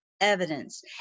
evidence